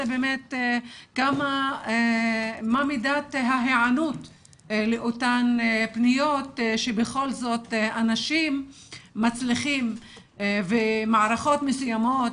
מה מידת ההיענות לאותן פניות שבכל זאת אנשים מצליחים ומערכות מסוימות,